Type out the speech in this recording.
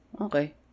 Okay